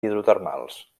hidrotermals